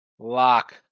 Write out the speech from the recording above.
Lock